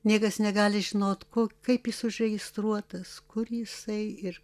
niekas negali žinot ko kaip jis užregistruotas kur jisai ir